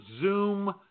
Zoom